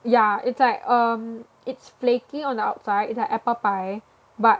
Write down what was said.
ya it's like erm it's flaky on the outside it's like apple pie but